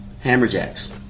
Hammerjacks